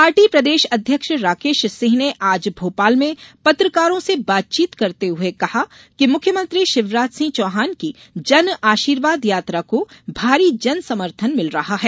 पाटी प्रदेश अध्यक्ष राकेश सिंह ने आज भोपाल में पत्रकारों से बातचीत करते हुए कहा कि मुख्यमंत्री शिवराज सिंह चौहान की जनआशीर्वाद यात्रा को भारी जनसमर्थन मिल रहा है